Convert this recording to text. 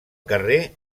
carrer